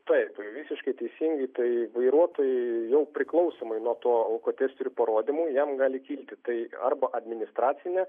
taip visiškai teisingai tai vairuotojui jau priklausomai nuo to alkotesterio parodymų jam gali kilti tai arba administracinė